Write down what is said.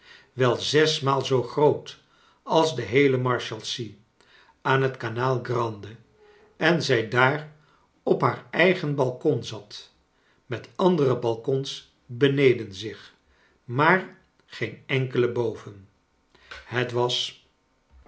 wel zes maal zoo groot als de lieele marshalsea aan het canale grande en zij daar op haar eigen balcon zat met andere baleons beneden zich maar gecn cnkel boven het was